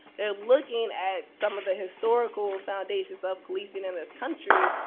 they're looking at some of the historical foundations of policing in this country,